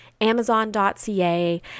Amazon.ca